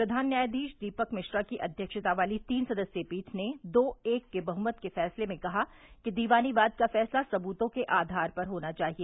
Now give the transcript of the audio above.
प्रधान न्यायाधीश दीपक मिश्रा की अध्यक्षता वाली तीन सदस्यीय पीठ ने दो एक के बहुमत से फैसले में कहा कि दीवानी वाद का फैसला सबूतों के आधार पर होना चाहिए